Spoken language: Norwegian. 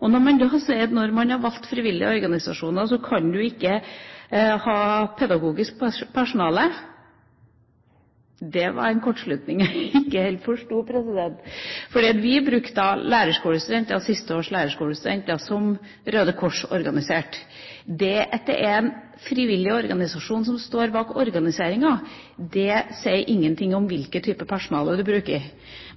Når man sier at når man har valgt frivillige organisasjoner, kan man ikke ha pedagogisk personale, er det en kortslutning jeg ikke helt forstår. Vi brukte siste års lærerskolestudenter, som Røde Kors organiserte. At det er en frivillig organisasjon som står bak organiseringa, sier ingenting om hvilken type personale du bruker.